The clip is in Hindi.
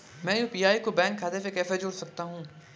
मैं यू.पी.आई को बैंक खाते से कैसे जोड़ सकता हूँ?